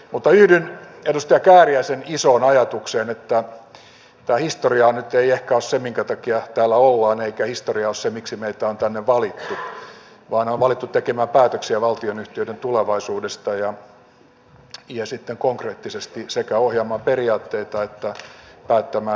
mutta yhdyn edustaja kääriäisen isoon ajatukseen että tämä historia nyt ei ehkä ole se minkä takia täällä ollaan eikä historia ole se miksi meitä on tänne valittu vaan meidät on valittu tekemään päätöksiä valtionyhtiöiden tulevaisuudesta ja sitten konkreettisesti sekä ohjaamaan periaatteita että päättämään yhtiöistä